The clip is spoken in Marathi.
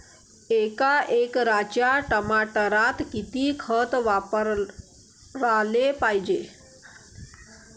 एका एकराच्या टमाटरात किती खत वापराले पायजे?